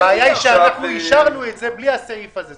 הבעיה היא שאישרנו את זה בלי הסעיף הזה.